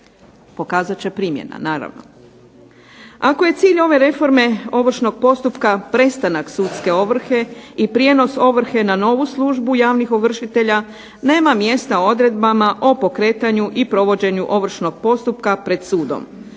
pokazat će primjena, naravno. Ako je cilj ove reforme ovršnog postupka prestanak sudske ovrhe i prijenos ovrhe na novu službu javnih ovršitelja nema mjesta odredbama o pokretanju i provođenju ovršnog postupka pred sudom.